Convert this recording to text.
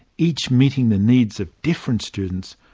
each meeting the needs of different students,